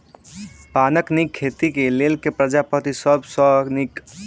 पानक नीक खेती केँ लेल केँ प्रजाति सब सऽ नीक?